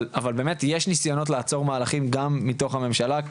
אבל באמת יש ניסיונות לעצור מהלכים גם מתוך הממשלה,